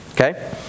Okay